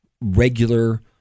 regular